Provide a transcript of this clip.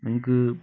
നമുക്ക്